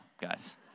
guys